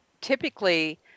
typically